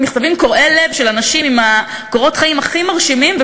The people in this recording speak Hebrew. מכתבים קורעי-לב של אנשים עם קורות חיים הכי מרשימים,